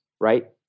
right